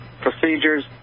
procedures